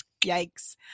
yikes